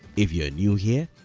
if you're new here,